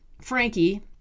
Frankie